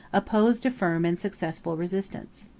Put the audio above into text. opposed a firm and successful resistance.